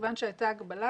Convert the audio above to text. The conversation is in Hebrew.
ומכיוון שהייתה הגבלה,